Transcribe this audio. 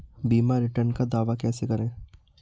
बीमा रिटर्न का दावा कैसे करें?